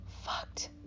fucked